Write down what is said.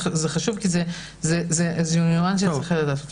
זה חשוב כי זה ניואנס שצריך לדעת.